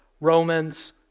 Romans